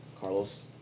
Carlos